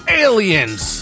aliens